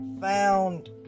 found